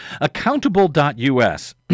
Accountable.us